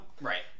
right